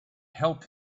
help